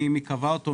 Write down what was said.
מי קבע אותו?